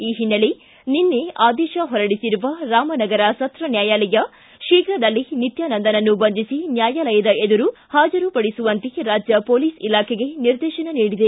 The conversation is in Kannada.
ಈ ಹಿನ್ನೆಲೆ ನಿನ್ನೆ ಆದೇಶ ಹೊರಡಿಸಿರುವ ರಾಮನಗರ ಸತ್ರ ನ್ಯಾಯಾಲಯ ಶೀಘದಲ್ಲೇ ನಿತ್ಯಾನಂದನನ್ನು ಬಂಧಿಸಿ ನ್ಯಾಯಾಲಯದ ಎದುರು ಹಾಜರು ಪಡಿಸುವಂತೆ ರಾಜ್ಯ ಪೊಲೀಸ್ ಇಲಾಖೆಗೆ ನಿರ್ದೇಶನ ನೀಡಿದೆ